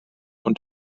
und